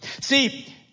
See